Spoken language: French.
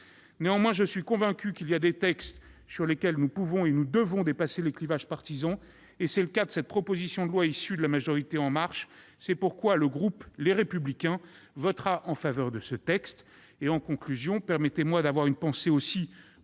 Néanmoins, je suis convaincu qu'il y a des textes sur lesquels nous pouvons et nous devons dépasser les clivages partisans. C'est le cas de cette proposition de loi, issue de la majorité En Marche. C'est pourquoi le groupe Les Républicains votera en faveur de ce texte. En conclusion, permettez-moi d'avoir une pensée pour